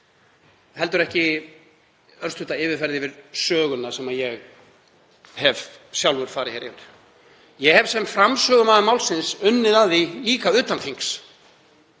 hér, heldur ekki örstutta yfirferð yfir söguna sem ég hef sjálfur farið hér yfir. Ég hef sem framsögumaður málsins líka unnið að því utan þings.